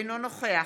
אינו נוכח